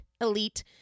elite